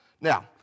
Now